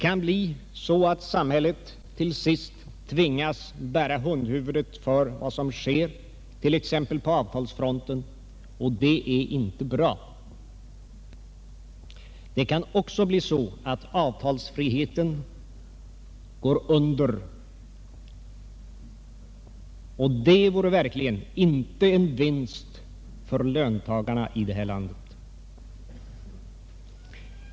Samhället kan till sist tvingas bära hundhuvudet för vad som sker t.ex. på avtalsfronten, och det är inte bra. Det kan också bli så att avtalsfriheten går under, och det vore verkligen inte en vinst för löntagarna i detta land.